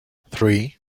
three